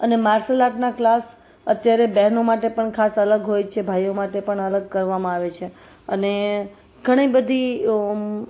અને માર્શલ આર્ટના ક્લાસ અત્યારે બહેનો માટે પણ ખાસ અલગ હોય છે ભાઈઓ માટે પણ અલગ કરવામાં આવે છે અને ઘણી બધી